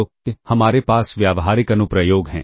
तो हमारे पास व्यावहारिक अनुप्रयोग हैं